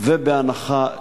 ובהנחה,